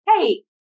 hey